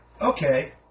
okay